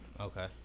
Okay